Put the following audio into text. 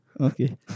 Okay